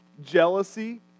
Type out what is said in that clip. jealousy